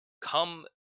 come